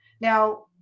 Now